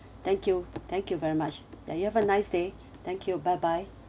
thank you thank you very much ya you have a nice day thank you bye bye